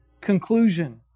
conclusion